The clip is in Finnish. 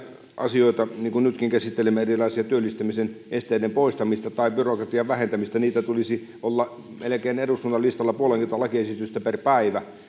asioita mitä nytkin käsittelemme erilaisten työllistämisen esteiden poistamista tai byrokratian vähentämistä tulisi olla eduskunnan listalla melkein puolenkymmentä lakiesitystä per päivä